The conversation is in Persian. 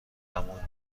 همان